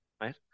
right